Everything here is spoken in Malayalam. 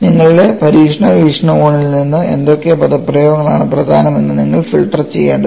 നിങ്ങളുടെ പരീക്ഷണ വീക്ഷണകോണിൽ നിന്ന് ഏതൊക്കെ പദപ്രയോഗങ്ങളാണ് പ്രധാനമെന്ന് നിങ്ങൾ ഫിൽട്ടർ ചെയ്യേണ്ടതുണ്ട്